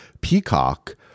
Peacock